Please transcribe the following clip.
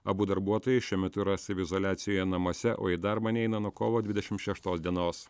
abu darbuotojai šiuo metu yra saviizoliacijoje namuose o į darbą neina nuo kovo dvidešimt šeštos dienos